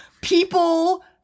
people